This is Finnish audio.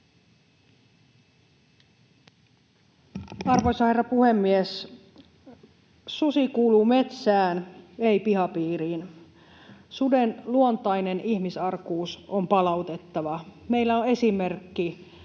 Arvoisa herra puhemies! Susi kuuluu metsään, ei pihapiiriin. Suden luontainen ihmisarkuus on palautettava. Meillä on esimerkki